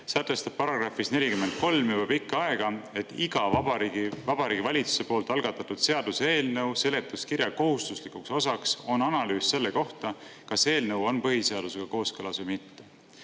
HÕNTE järgi, §-s 43 juba pikka aega, et iga Vabariigi Valitsuse algatatud seaduseelnõu seletuskirja kohustuslik osa on analüüs selle kohta, kas eelnõu on põhiseadusega kooskõlas või mitte.